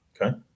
okay